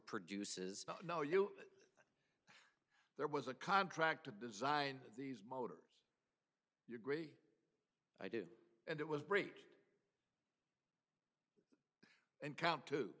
produces no you there was a contract to design these motors you agree i do and it was great and count t